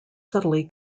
subtly